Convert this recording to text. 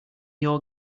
your